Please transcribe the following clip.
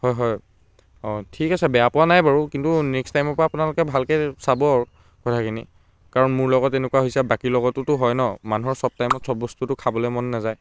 হয় হয় অ' ঠিক আছে বেয়া পোৱা নাই বাৰু কিন্তু নেক্সট টাইমৰ পৰা আপোনালোকে ভালকৈ চাব আৰু কথাখিনি কাৰণ মোৰ লগত এনেকুৱা হৈছে বাকী লগতোটো হয় ন মানুহৰ চব টাইমত চব বস্তুটো খাবলৈ মন নাযায়